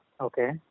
Okay